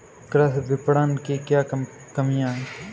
कृषि विपणन की क्या कमियाँ हैं?